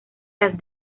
las